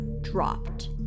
dropped